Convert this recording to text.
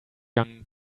young